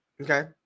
Okay